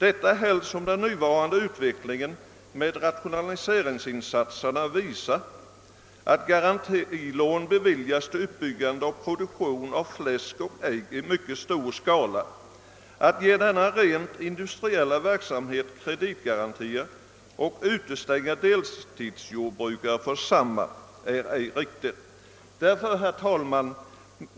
Detta är desto mera önskvärt som den nuvarande utvecklingen av rationaliseringsinsatserna visar, att garantilån beviljas till uppbyg gandet av produktion av fläsk och ägg i mycket stor skala. Att ge denna rent industriella verksamhet kreditgarantier men utestänga deltidsjordbrukare från sådana är ej riktigt. Herr talman!